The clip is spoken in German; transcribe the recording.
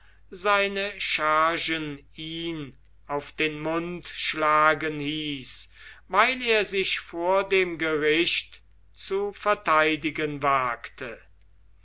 seine schergen ihn auf den mund schlagen hieß weil er sich vor dem gericht zu verteidigen wagte